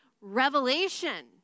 revelation